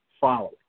following